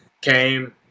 came